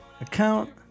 account